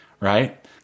right